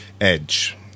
EDGE